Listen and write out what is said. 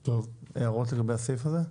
טוב, הערות לגבי הסעיף הזה?